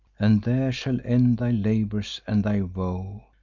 and there shall end thy labors and thy woe.